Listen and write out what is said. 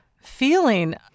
feeling